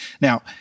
Now